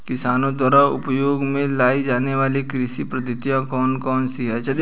किसानों द्वारा उपयोग में लाई जाने वाली कृषि पद्धतियाँ कौन कौन सी हैं?